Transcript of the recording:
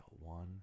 one